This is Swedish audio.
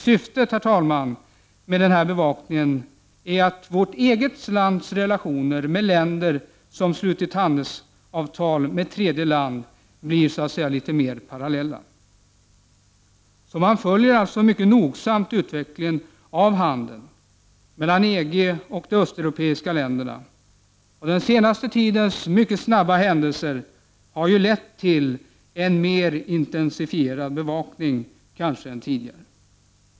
Syftet med denna bevakning är att vårt eget lands relationer med länder som slutit handelsavtal med tredje land blir så att säga mer parallella. Handelsutvecklingen mellan EG och de östeuropeiska länderna följs alltså mycket noggrant, och den senaste tidens mycket snabba händelseutveckling har också lett till en mer intensifierad bevakning än tidigare.